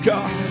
God